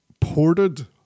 ported